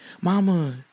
mama